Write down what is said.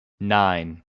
nine